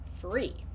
free